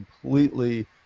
completely